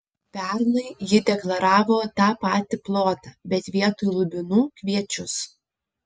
pernai ji deklaravo tą patį plotą bet vietoj lubinų kviečius